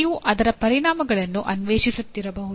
ನೀವು ಅದರ ಪರಿಣಾಮಗಳನ್ನು ಅನ್ವೇಷಿಸುತ್ತಿರಬಹುದು